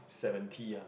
seventy ah